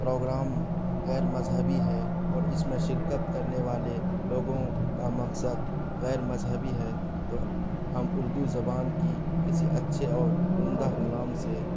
programme غیر مذہبی ہے اور اس میں شرکت کرنے والے لوگوں کا مقصد غیر مذہبی ہے تو ہم اردو زبان کی کسی اچھے اور عمدہ کلام سے